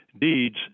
deeds